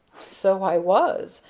so i was.